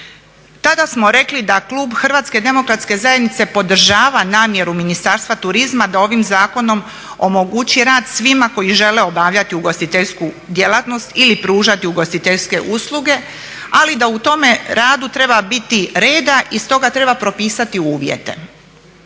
Tada smo rekli da klub HDZ-a podržava namjeru Ministarstva turizma da ovim zakonom omogući rad svima koji žele obavljati ugostiteljsku djelatnost ili pružati ugostiteljske usluge, ali da u tome radu treba biti reda i stoga treba propisati uvjete.